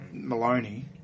Maloney